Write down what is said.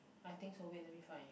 I think so wait let me find